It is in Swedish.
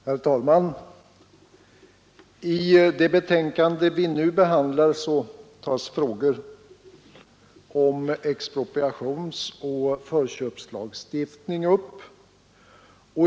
Herr talman! I det betänkande vi nu behandlar tas frågor om expropriationsoch förköpslagstiftning upp.